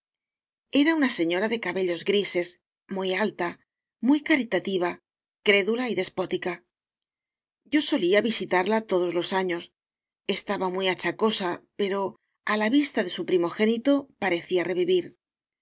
era una señora de cabellos grises muv alta muy caritativa crédula y despótica yo so lía visitarla todos los otoños estaba muy achacosa pero á la vista de su primogénito parecía revivir